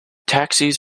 taxis